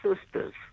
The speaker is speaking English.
sisters